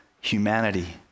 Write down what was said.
humanity